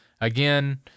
Again